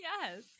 Yes